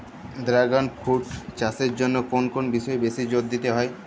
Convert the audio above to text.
Dragon fruit চাষের জন্য কোন কোন বিষয়ে বেশি জোর দিতে হয়?